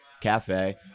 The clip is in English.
cafe